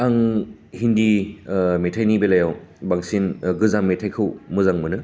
आं हिन्दी मेथाइनि बेलायाव बांसिन गोजाम मेथाइखौ मोजां मोनो